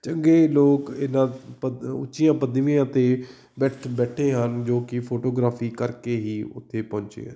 ਚੰਗੇ ਲੋਕ ਇਹਨਾਂ ਪ ਉੱਚੀਆਂ ਪਦਵੀਆਂ 'ਤੇ ਬੈਠ ਬੈਠੇ ਹਨ ਜੋ ਕਿ ਫੋਟੋਗ੍ਰਾਫੀ ਕਰਕੇ ਹੀ ਉੱਥੇ ਪਹੁੰਚੇ ਹਨ